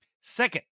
Second